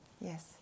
yes